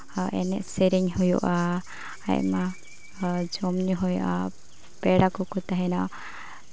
ᱮᱱᱮᱡ ᱥᱮᱨᱮᱧ ᱦᱩᱭᱩᱜᱼᱟ ᱟᱭᱢᱟ ᱟᱨ ᱡᱚᱢ ᱧᱩ ᱦᱩᱭᱩᱜᱼᱟ ᱯᱮᱲᱟ ᱠᱚᱠᱚ ᱛᱟᱦᱮᱱᱟ